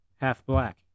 half-black